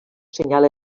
senyal